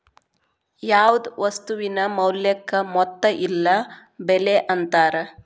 ಯಾವ್ದ್ ವಸ್ತುವಿನ ಮೌಲ್ಯಕ್ಕ ಮೊತ್ತ ಇಲ್ಲ ಬೆಲೆ ಅಂತಾರ